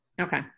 Okay